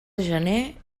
gener